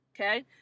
Okay